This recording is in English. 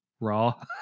raw